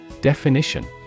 Definition